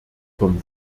vom